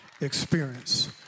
experience